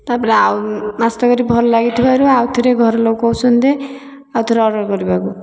ତା'ପରେ ଆଉ ମାଛ ତରକାରୀ ଭଲ ଲାଗିଥିବାରୁ ଆଉ ଥରେ ଘରଲୋକ କହୁଛନ୍ତି ଆଉଥରେ ଅର୍ଡର କରିବାକୁ